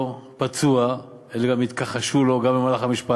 פה לא רק שהפקירו את אותו פצוע אלא גם התכחשו לו גם במהלך המשפט,